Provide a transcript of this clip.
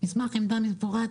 מסמך עמדה מפורט